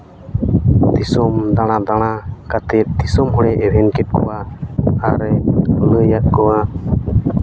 ᱫᱤᱥᱚᱢ ᱫᱟᱬᱟ ᱫᱟᱬᱟ ᱠᱟᱛᱮ ᱫᱤᱥᱚᱢ ᱦᱚᱲᱮ ᱮᱵᱷᱮᱱ ᱠᱮᱫ ᱠᱚᱣᱟ ᱟᱨᱮ ᱞᱟᱹᱭᱟᱫ ᱠᱚᱣᱟ